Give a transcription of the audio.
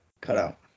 cutout